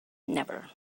never